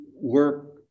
work